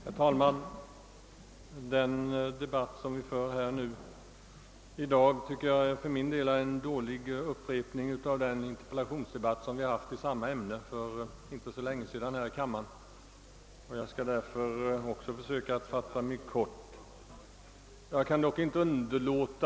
Herr talman! Den debatt vi här för tycker jag är en dålig upprepning av den interpellationsdebatt i samma ämne som vi hade här i kammaren för inte så länge sedan. Jag kan därför fatta mig kort.